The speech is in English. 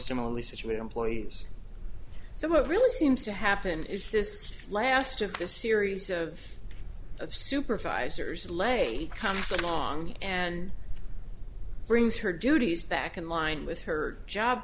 similarly situated employees so it really seems to happen is this last of the series of of supervisors lay comes along and brings her duties back in line with her job